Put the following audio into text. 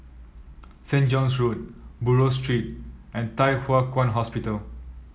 Saint John's Road Buroh Street and Thye Hua Kwan Hospital